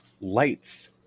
lights